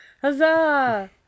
huzzah